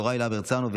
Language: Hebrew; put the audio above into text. יוראי להב הרצנו,